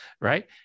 right